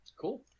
cool